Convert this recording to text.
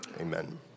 Amen